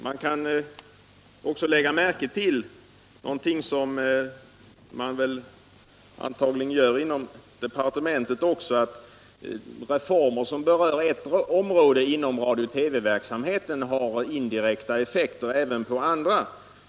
Man kan också — något som man väl antagligen gör även inom departementet — lägga märke till att reformer som berör ett område inom radio-TV-verksamheten har indirekta effekter även på andra områden.